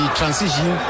transition